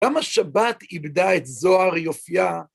כמה שבת איבדה את זוהר יופייה.